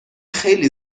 خیلی